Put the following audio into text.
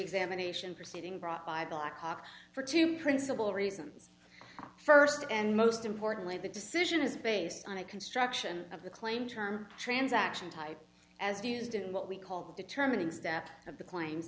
examination proceeding brought by blackhawk for two principal reasons first and most importantly the decision is based on a construction of the claimed term transaction type as used in what we call determining step of the cla